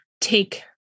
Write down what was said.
take